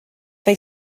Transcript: they